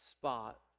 spot